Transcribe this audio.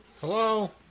Hello